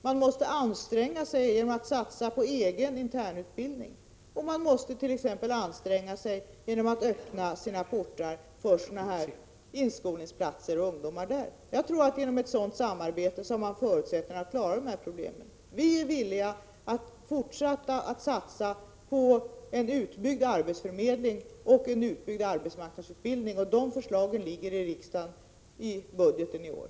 Man måste anstränga sig genom att satsa på egen internutbildning och genom att öppna sina portar till inskolningsplatser för ungdomar. Ett sådant samarbete ger förutsättningar för att problemen skall lösas. Regeringen är villig att fortsätta med att satsa på en utbyggd arbetsförmedling och en utbyggd arbetsmarknadsutbildning, och de förslagen finns i årets budgetproposition till riksdagen.